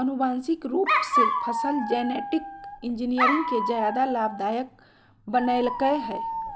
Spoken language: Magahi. आनुवांशिक रूप से फसल जेनेटिक इंजीनियरिंग के ज्यादा लाभदायक बनैयलकय हें